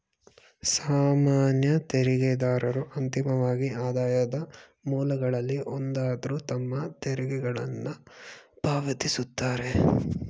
ಸಾಮಾನ್ಯ ತೆರಿಗೆದಾರರು ಅಂತಿಮವಾಗಿ ಆದಾಯದ ಮೂಲಗಳಲ್ಲಿ ಒಂದಾದ್ರು ತಮ್ಮ ತೆರಿಗೆಗಳನ್ನ ಪಾವತಿಸುತ್ತಾರೆ